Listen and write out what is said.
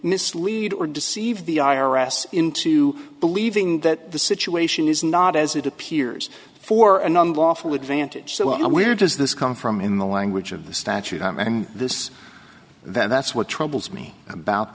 mislead or deceive the i r s into believing that the situation is not as it appears for a number lawful advantage so where does this come from in the language of the statute and this that's what troubles me about